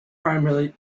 primarily